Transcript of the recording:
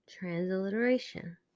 Transliteration